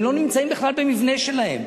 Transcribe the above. הם לא נמצאים בכלל במבנה שלהם,